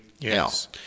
Yes